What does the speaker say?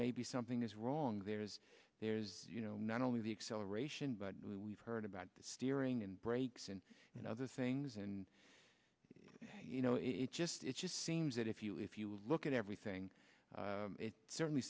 maybe something is wrong there is there's you know not only the acceleration but we've heard about the steering and brakes and and other things and you know it just it just seems that if you if you look at everything it certainly